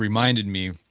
reminded me,